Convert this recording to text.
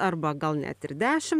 arba gal net ir dešim